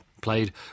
played